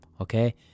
Okay